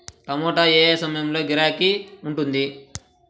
టమాటా ఏ ఏ సమయంలో గిరాకీ ఉంటుంది?